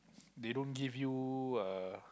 they don't give you uh